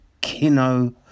Kino